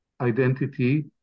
identity